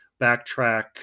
backtrack